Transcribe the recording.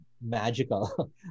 magical